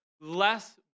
less